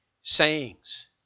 sayings